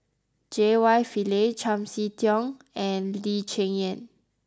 J Y Pillay Chiam See Tong and Lee Cheng Yan